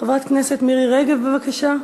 חברת הכנסת מירי רגב, בבקשה.